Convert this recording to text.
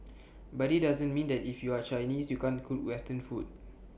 but IT doesn't mean that if you are Chinese you can't cook western food